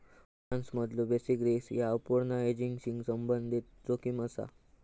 फायनान्समधलो basis risk ह्या अपूर्ण हेजिंगशी संबंधित जोखीम असा